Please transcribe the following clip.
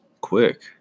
quick